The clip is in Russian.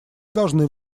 должны